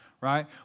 right